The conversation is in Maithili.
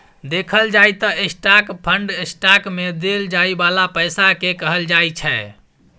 देखल जाइ त स्टाक फंड स्टॉक मे देल जाइ बाला पैसा केँ कहल जाइ छै